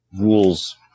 rules